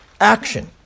action